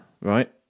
right